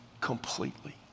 completely